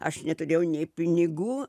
aš neturėjau nė pinigų